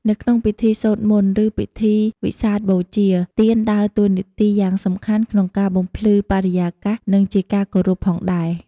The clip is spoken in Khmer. នៅក្នុងពិធីសូត្រមន្ត ឬពិធីវិសាខបូជា ទៀនដើរតួនាទីយ៉ាងសំខាន់ក្នុងការបំភ្លឺបរិយាកាស និងជាការគោរពផងដែរ។